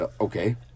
okay